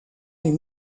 les